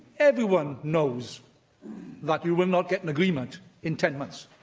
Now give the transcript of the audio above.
everyone knows that you will not get an agreement in ten months.